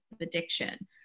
addiction